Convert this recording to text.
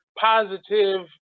positive